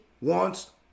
wants